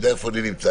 יודע איפה אני נמצא,